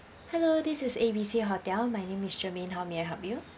hello this is A B C hotel my name is charmaine how may I help you